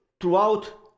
throughout